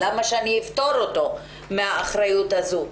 למה שאפטור אותו מהאחריות הזו?